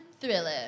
Thriller